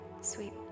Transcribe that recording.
Sweet